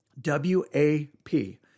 W-A-P